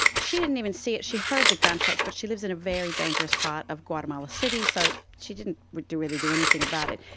she didn't even see it. she heard the gunshots but she lives in a very dangerous part of guatemala city, so she didn't really do anything about it,